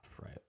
right